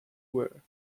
were